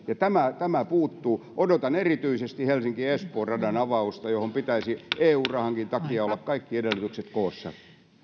tämä tämä puuttuu odotan erityisesti helsinki espoo radan avausta johon pitäisi eu rahankin takia olla kaikki edellytykset koossa